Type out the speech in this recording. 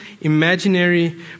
imaginary